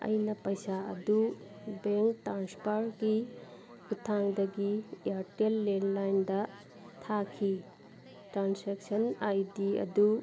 ꯑꯩꯅ ꯄꯩꯁꯥ ꯑꯗꯨ ꯕꯦꯡ ꯇ꯭ꯔꯥꯟꯁꯐꯔꯒꯤ ꯈꯨꯠꯊꯥꯡꯗꯒꯤ ꯏꯌꯥꯔꯇꯦꯜ ꯂꯦꯟꯂꯥꯏꯟꯗ ꯊꯥꯈꯤ ꯇ꯭ꯔꯥꯟꯁꯦꯛꯁꯟ ꯑꯥꯏ ꯗꯤ ꯑꯗꯨ